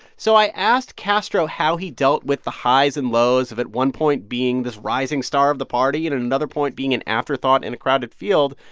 so i asked castro how he dealt with the highs and lows of, at one point, being this rising star of the party and, at another point, being an afterthought in a crowded field.